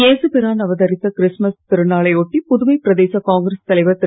ஏசு பிறான் அவதரித்த கிறிஸ்மஸ் திருநாளை ஒட்டி புதுவை பிரதேச காங்கிரஸ் தலைவர் திரு